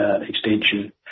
extension